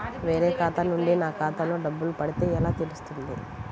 వేరే ఖాతా నుండి నా ఖాతాలో డబ్బులు పడితే ఎలా తెలుస్తుంది?